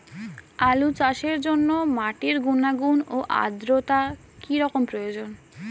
আলু চাষের জন্য মাটির গুণাগুণ ও আদ্রতা কী রকম প্রয়োজন?